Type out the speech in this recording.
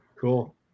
Cool